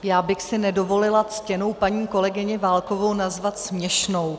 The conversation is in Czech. Já bych si nedovolila ctěnou paní kolegyni Válkovou nazvat směšnou.